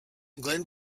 glenn